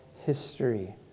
history